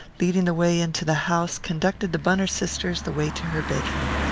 leading the way into the house, conducted the bunner sisters the way to her bedroom.